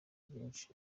byinshi